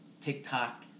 TikTok